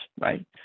right